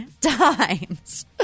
times